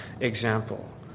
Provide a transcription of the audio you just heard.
example